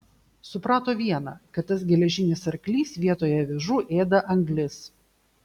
suprato viena kad tas geležinis arklys vietoje avižų ėda anglis